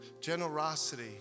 Generosity